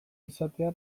izatea